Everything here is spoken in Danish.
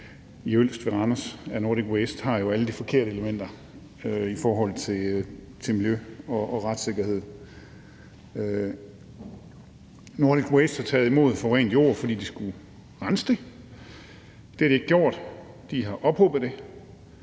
i Ølst ved Randers hos Nordic Waste, har jo alle de forkerte elementer i forhold til miljø og retssikkerhed. Nordic Waste har taget imod forurenet jord, fordi de skulle rense det. Det har de ikke gjort; de har ophobet det.